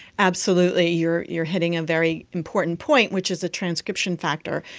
absolutely, you're you're hitting a very important point which is the transcription factor.